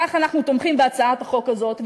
כך אנחנו תומכים בהצעת החוק הזאת,